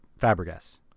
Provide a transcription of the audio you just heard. Fabregas